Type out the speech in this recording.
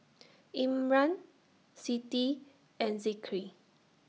Imran Siti and Zikri